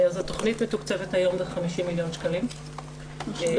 התכנית מתוקצבת היום ב-50 מיליון שקלים לשנה.